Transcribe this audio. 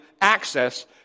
access